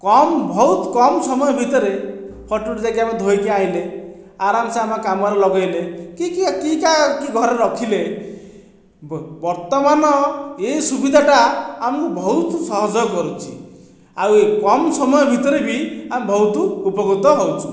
କମ ବହୁତ କମ ସମୟ ଭିତରେ ଫଟୋଟି ଯାଇକି ଆମେ ଧୋଇକି ଆଣିଲେ ଆରାମସେ ଆମେ କାମରେ ଲଗାଇଲେ କିଏ କିଏ କି କା କି ଘରେ ରଖିଲେ ବର୍ତ୍ତମାନ ଏଇ ସୁବିଧାଟା ଆମକୁ ବହୁତ ସହଯୋଗ କରୁଛି ଆଉ ଏ କମ ସମୟ ଭିତରେ ବି ଆମେ ବହୁତୁ ଉପକୃତ ହେଉଛୁ